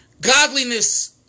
godliness